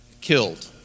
killed